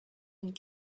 and